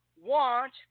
want